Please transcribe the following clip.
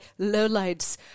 lowlights